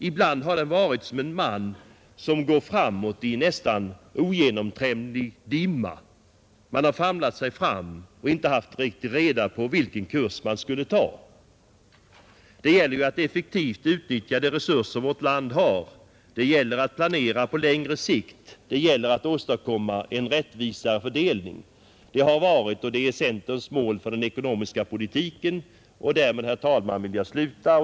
Ibland har den varit som en man som går framåt i nästan ogenomtränglig dimma — man har famlat sig fram och inte haft riktigt reda på vilken kurs man skulle ta. Det gäller att effektivt utnyttja de resurser vårt land har, det gäller att planera på längre sikt, det gäller att åstadkomma en rättvisare fördelning. Det har varit och är centerns mål för den ekonomiska politiken. Därmed, herr talman, vill jag sluta mitt anförande.